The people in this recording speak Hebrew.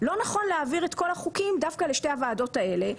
לא נכון להעביר את כל החוקים דווקא לשתי הוועדות האלה,